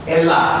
Ella